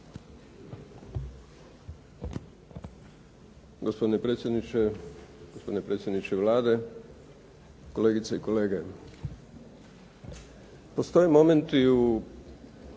Gospodine predsjedniče, gospodine predsjedniče Vlade, kolegice i kolege. Postoje momenti u